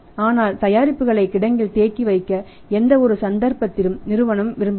ஆனால் தயாரிப்புகளை கிடங்கில் தேக்கி வைக்க எந்தவொரு சந்தர்ப்பத்திலும் நிறுவனம்விரும்பவில்லை